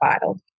filed